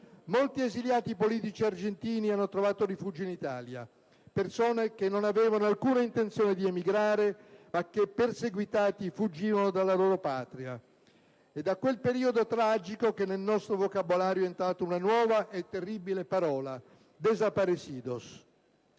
Molti esiliati politici argentini hanno trovato rifugio in Italia. Persone che non avevano alcuna intenzione di emigrare ma che, perseguitate, fuggivano dalla loro Patria. È da quel periodo tragico che nel nostro vocabolario è entrata una nuova e terribile, parola: *desaparecidos*.